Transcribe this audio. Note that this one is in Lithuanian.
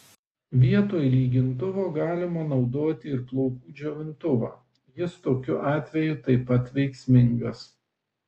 vietoj lygintuvo galima naudoti ir plaukų džiovintuvą jis tokiu atveju taip pat veiksmingas